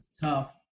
tough